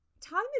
Time